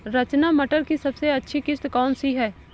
रचना मटर की सबसे अच्छी किश्त कौन सी है?